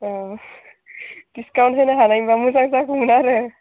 discount होनो हानायमोनबा मोजां जागौमोन आरो